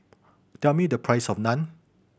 tell me the price of Naan